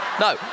No